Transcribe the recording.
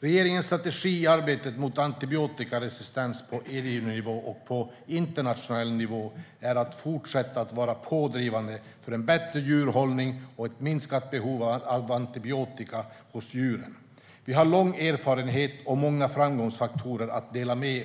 Regeringens strategi i arbetet mot antibiotikaresistens på EU-nivå och på internationell nivå är att fortsätta att vara pådrivande för en bättre djurhållning och ett minskat behov av antibiotika hos djuren. Vi har lång erfarenhet och många framgångsfaktorer att dela med